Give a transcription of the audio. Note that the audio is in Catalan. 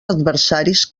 adversaris